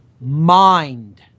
mind